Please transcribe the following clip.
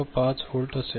5 volt असेल